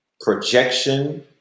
projection